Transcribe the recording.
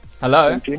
Hello